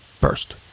first